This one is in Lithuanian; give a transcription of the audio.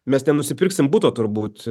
mes nenusipirksim buto turbūt